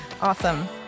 Awesome